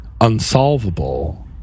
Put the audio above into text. unsolvable